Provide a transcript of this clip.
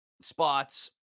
spots